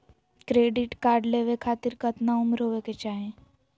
Credit card लेवे खातीर कतना उम्र होवे चाही?